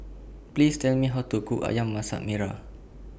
Please Tell Me How to Cook Ayam Masak Merah